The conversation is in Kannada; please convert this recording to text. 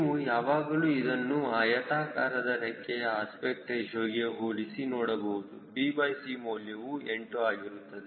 ನೀವು ಯಾವಾಗಲೂ ಇದನ್ನು ಆಯತಾಕಾರದ ರೆಕ್ಕೆಯ ಅಸ್ಪೆಕ್ಟ್ ರೇಶಿಯೋಗೆ ಹೋಲಿಸಿ ನೋಡಬಹುದು bc ಮೌಲ್ಯವು 8 ಆಗಿರುತ್ತದೆ